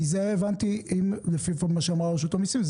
כי לפי מה שהבנתי מרשות המיסים,